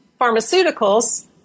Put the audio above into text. pharmaceuticals